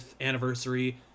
anniversary